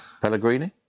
Pellegrini